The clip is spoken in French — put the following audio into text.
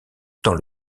dans